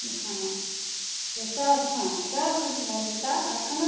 हँ से सभ हँ सभ खुश भए जेता एखन